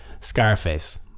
Scarface